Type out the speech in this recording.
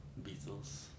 Beatles